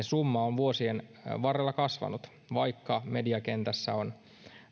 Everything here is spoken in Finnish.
summa on vuosien varrella kasvanut vaikka mediakentässä on